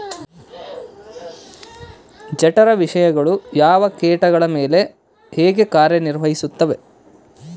ಜಠರ ವಿಷಯಗಳು ಯಾವ ಕೇಟಗಳ ಮೇಲೆ ಹೇಗೆ ಕಾರ್ಯ ನಿರ್ವಹಿಸುತ್ತದೆ?